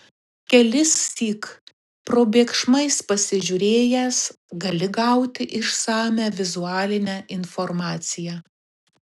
kelissyk probėgšmais pasižiūrėjęs gali gauti išsamią vizualinę informaciją